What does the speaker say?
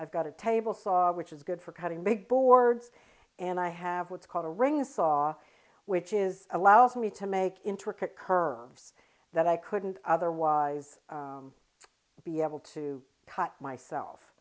i've got a table saw which is good for cutting big boards and i have what's called a ring saw which is allows me to make intricate curves that i couldn't otherwise be able to cut myself